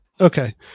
Okay